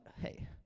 hey